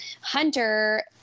Hunter